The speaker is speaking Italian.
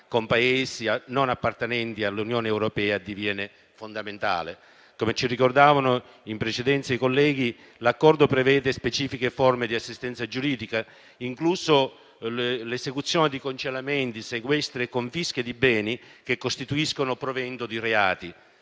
con Paesi non appartenenti all'Unione europea diviene fondamentale. Come ci ricordavano in precedenza i colleghi, l'accordo prevede specifiche forme di assistenza giuridica, inclusa l'esecuzione di congelamenti, sequestri e confische di beni, che costituiscono proventi di reati.